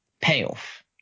payoff